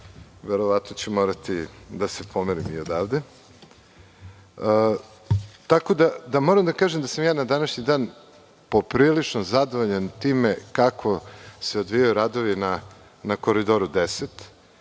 verovatno ću morati da se pomerim i odavde. Moram da kažem da sam na današnji dan poprilično zadovoljan time kako se odvijaju radovi na Koridoru 10.